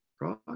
Right